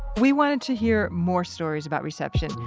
we wanted to hear more stories about reception,